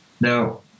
Now